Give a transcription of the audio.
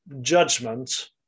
judgment